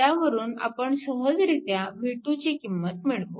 त्यावरून आपण सहजरित्या v2 ची किंमत मिळवू